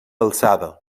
alçada